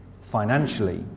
Financially